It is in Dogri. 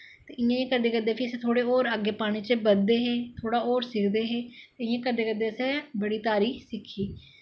इ'यां इ'यां करदे करदे फ्ही अस होर पानी बिच्च अग्गैं बधदे हे थोह्ड़ा होर सिखदे हे इ'यां करदे करदे असैं बड़ी तारी सिक्खी